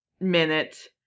minute